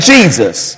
Jesus